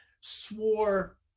swore